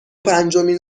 پنجمین